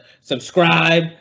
subscribe